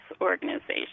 organization